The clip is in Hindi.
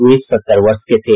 वे सत्तर वर्ष के थे